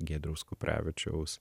giedriaus kuprevičiaus